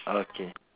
okay